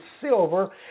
silver